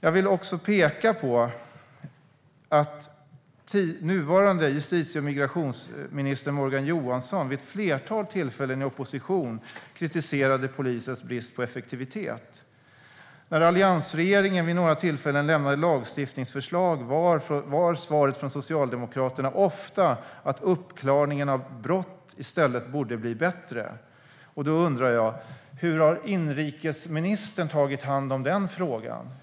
Jag vill också peka på att den nuvarande justitie och migrationsministern Morgan Johansson vid ett flertal tillfällen i opposition kritiserade polisens brist på effektivitet. När alliansregeringen vid några tillfällen lade fram lagstiftningsförslag var svaret från Socialdemokraterna ofta att uppklaringen av brott i stället borde bli bättre. Då undrar jag: Hur har inrikesministern tagit hand om den frågan?